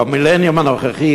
במילניום הנוכחי,